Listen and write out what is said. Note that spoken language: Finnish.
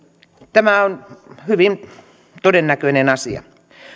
tämä on hyvin todennäköinen asia